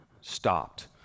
stopped